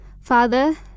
Father